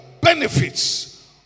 benefits